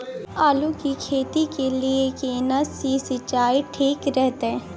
आलू की खेती के लिये केना सी सिंचाई ठीक रहतै?